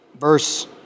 verse